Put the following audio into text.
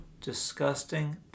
disgusting